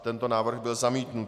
Tento návrh byl zamítnut.